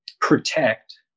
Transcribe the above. protect